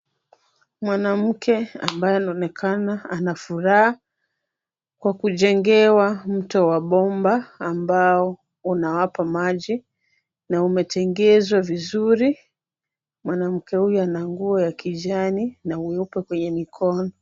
Mwanamke ambaye anaonekana ana furaha kwa kujengewa mto wa bomba ambao unawapa maji na umetengezwa vizuri. Mwanamke huyo ana nguo ya kijani na nyeupe kwenye mikono.